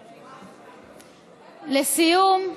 "לסיום,